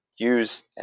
Use